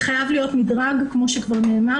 חייב להיות מדרג, כפי שכבר נאמר.